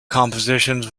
compositions